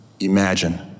Imagine